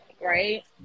right